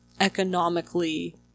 economically